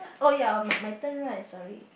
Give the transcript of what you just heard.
oh ya oh my my turn right sorry